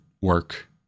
work